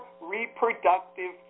reproductive